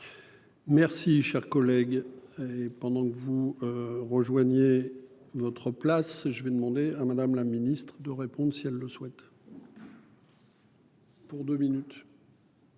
Merci cher collègue. Et pendant que vous. Rejoignez votre place, je vais demander à Madame la Ministre de répondent si elle le souhaite. Pour 2 minutes.